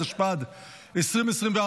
התשפ"ד 2024,